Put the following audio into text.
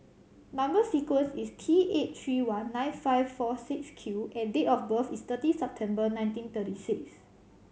number sequence is T eight three one nine five four six Q and date of birth is thirty September nineteen thirty six